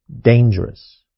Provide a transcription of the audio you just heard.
dangerous